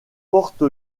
porte